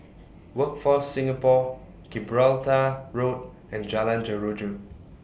Workforce Singapore Gibraltar Road and Jalan Jeruju